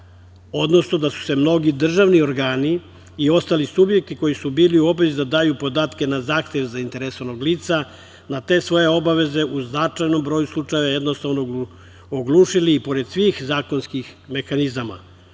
odnosno da su se mnogi državni organi i ostali subjekti koji su bili u obavezi da daju podatke na zahtev zainteresovanog lica na te svoje obaveze u značajnom broju slučajeva jednostavno oglušili i pored svih zakonskih mehanizama,